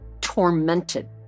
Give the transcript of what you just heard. tormented